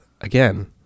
again